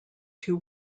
two